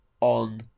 on